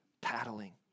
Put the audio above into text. paddling